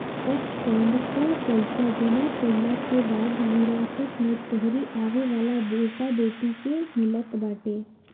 trust fund कअ पईसा जमा कईला के बाद विरासत में तोहरी आवेवाला बेटा बेटी के मिलत बाटे